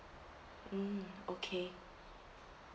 mm okay